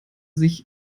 sich